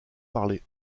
parlé